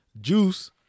Juice